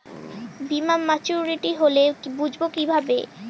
বীমা মাচুরিটি হলে বুঝবো কিভাবে?